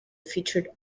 featured